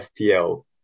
FPL